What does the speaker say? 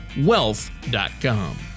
wealth.com